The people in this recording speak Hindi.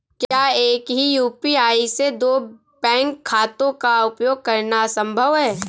क्या एक ही यू.पी.आई से दो बैंक खातों का उपयोग करना संभव है?